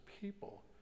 people